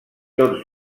tots